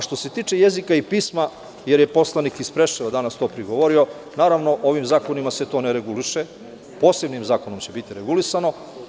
Što se tiče jezika i pisma, jer je poslanik iz Preševa danas o tome govorio, naravno, ovim zakonom se to ne reguliše, posebnim zakonom će biti regulisano.